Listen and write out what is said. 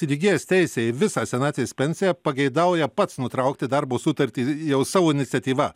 ir įgijęs teisę į visą senatvės pensiją pageidauja pats nutraukti darbo sutartį jau savo iniciatyva